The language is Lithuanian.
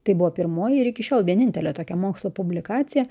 tai buvo pirmoji ir iki šiol vienintelė tokia mokslo publikacija